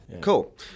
Cool